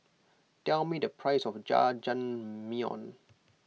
tell me the price of Jajangmyeon